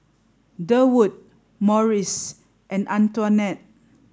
Durwood Morris and Antionette